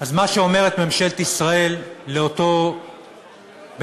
אז מה שאומרת ממשלת ישראל לאותו בן-אדם: